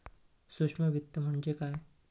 सूक्ष्म वित्त म्हणजे काय?